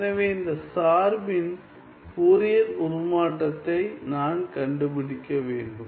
எனவே இந்த சார்பின் ஃபோரியர் உருமாற்றத்தை நான் கண்டுபிடிக்க வேண்டும்